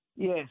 Yes